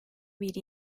bir